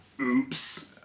oops